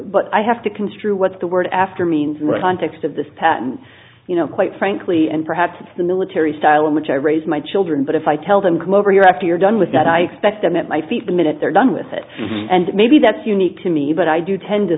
but i have to construe what's the word after means right context of this patent you know quite frankly and perhaps it's the military style in which i raise my children but if i tell them clover you're after you're done with that i expect them at my feet the minute they're done with it and maybe that's unique to me but i do tend to